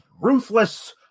Ruthless